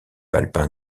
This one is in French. alpin